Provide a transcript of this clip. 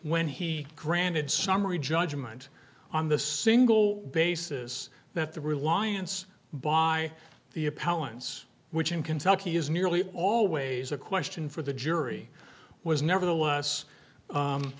when he granted summary judgment on the single basis that the reliance by the appellants which in kentucky is nearly always a question for the jury was nevertheless